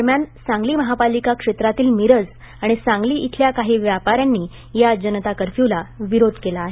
दरम्यान सांगली महापालिका क्षेत्रातील मिरज आणि सांगली इथल्या काही व्यापाऱ्यांनी या जनता कर्फ्यूला विरोध केला आहे